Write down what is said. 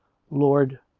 lord,